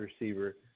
receiver